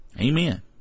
Amen